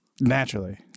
Naturally